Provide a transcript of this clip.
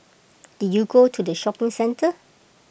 did you go to the shopping centre